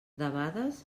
debades